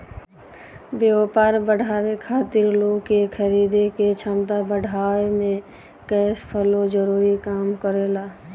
व्यापार बढ़ावे खातिर लोग के खरीदे के क्षमता बढ़ावे में कैश फ्लो जरूरी काम करेला